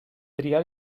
triar